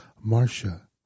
Marcia